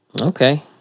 Okay